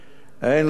אין להציבו,